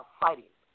fighting